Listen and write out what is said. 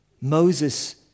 Moses